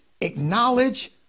acknowledge